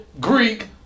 Greek